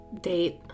date